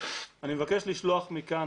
אני מבקש לשלוח מכאן,